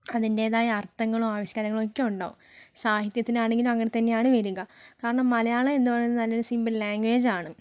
അതിന്റേതായ അർത്ഥങ്ങളും ആവിഷ്കാരങ്ങളും ഒക്കെ ഉണ്ടാവും സാഹിത്യത്തിനാണെങ്കിലും അങ്ങനെ തന്നെയാണ് വരുക കാരണം മലയാളമെന്ന് പറയുന്നത് നല്ലൊരു സിമ്പിൾ ലാംഗ്വേജ് ആണ്